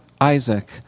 Isaac